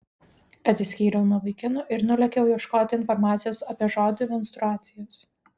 atsiskyriau nuo vaikinų ir nulėkiau ieškoti informacijos apie žodį menstruacijos